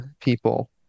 people